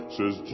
Says